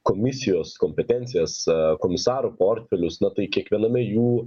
komisijos kompetencijas a komisarų portfelius na tai kiekviename jų